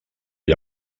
ell